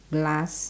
glass